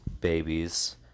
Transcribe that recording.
babies